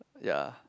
ya